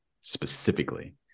specifically